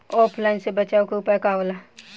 ऑफलाइनसे बचाव के उपाय का होला?